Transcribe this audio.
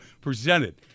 presented